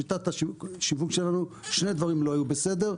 שיטת השיווק שלנו שני דברים לא היו בסדר,